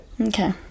Okay